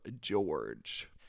george